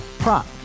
Prop